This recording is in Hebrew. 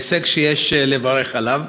זה הישג שיש לברך עליו.